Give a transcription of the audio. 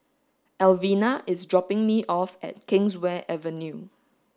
Elvina is dropping me off at Kingswear Avenue